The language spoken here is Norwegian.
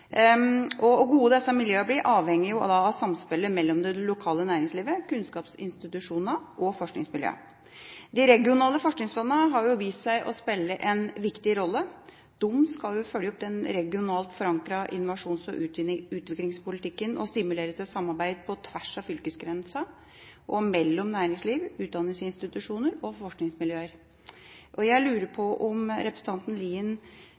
Og hvor gode disse miljøene blir, avhenger av samspillet mellom det lokale næringslivet, kunnskapsinstitusjonene og forskningsmiljøene. De regionale forskningsfondene har vist seg å spille en viktig rolle. De skal følge opp den regionalt forankrede innovasjons- og utviklingspolitikken, og stimulere til samarbeid på tvers av fylkesgrensene og mellom næringsliv, utdanningsinstitusjoner og forskningsmiljøer. Jeg lurer på om representanten Lien